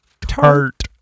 Tart